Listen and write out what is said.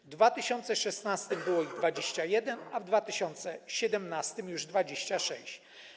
W 2016 r. było ich 21, a w 2017 r. już 26.